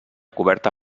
coberta